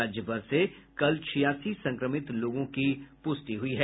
राज्य भर से कल छियासी संक्रमित लोगों की पुष्टि हुई है